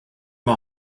mei